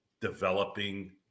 developing